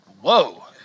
whoa